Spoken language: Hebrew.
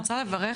אני רוצה לברך.